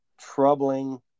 troubling